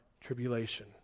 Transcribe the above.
tribulation